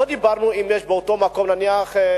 לא דיברנו אם יש באותו מקום, נניח,